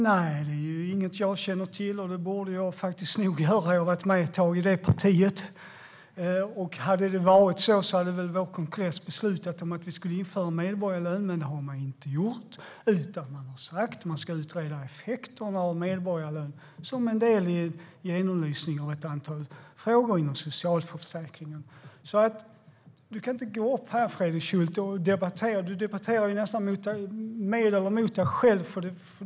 Nej, det är inget jag känner till, och det borde jag göra i så fall, för jag har varit med ett tag i det partiet. Hade det varit så skulle väl vår kongress ha beslutat att vi ska införa medborgarlön. Men det har man inte gjort, utan man har sagt att effekterna av medborgarlön ska utredas som en del i en genomlysning av ett antal frågor inom socialförsäkringarna. Du kan inte gå upp i talarstolen och nästan debattera med dig själv, Fredrik Schulte.